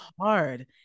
hard